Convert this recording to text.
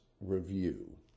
review